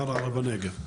ערערה בנגב.